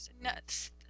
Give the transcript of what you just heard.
nuts